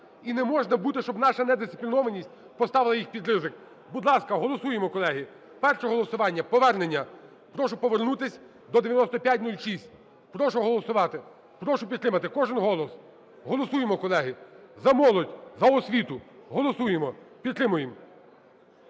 і не може бути, щоб наша недисциплінованість поставила їх під ризик. Будь ласка, голосуємо, колеги. Перше голосування – повернення. Прошу повернутись до 9506. Прошу голосувати. Прошу підтримати, кожен голос. Голосуємо, колеги, за молодь, за освіту. Голосуємо! Підтримуємо!